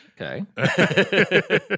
Okay